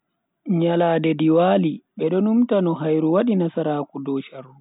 Nyalande diwaali, bedo numta no hairu wadi nasaraaku dow sharru.